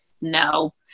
No